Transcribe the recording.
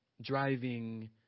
driving